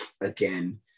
again